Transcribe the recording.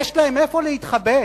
יש להם איפה להתחבא.